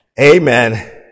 Amen